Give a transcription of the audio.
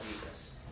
Jesus